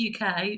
UK